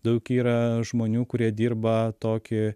daug yra žmonių kurie dirba tokį